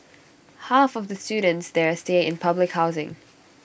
half of the students there stay in public housing